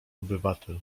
obywatel